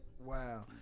Wow